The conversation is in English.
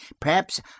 Perhaps